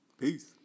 Peace